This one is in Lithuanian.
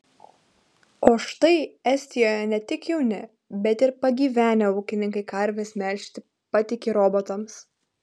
o štai estijoje ne tik jauni bet ir pagyvenę ūkininkai karves melžti patiki robotams